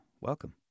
Welcome